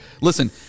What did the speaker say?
Listen